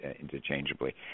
interchangeably